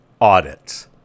audits